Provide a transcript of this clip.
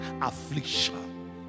affliction